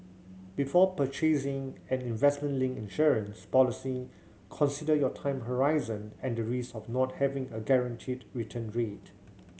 before purchasing an investment linked insurance policy consider your time horizon and the risk of not having a guaranteed return rate